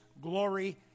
Glory